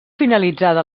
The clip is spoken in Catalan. finalitzada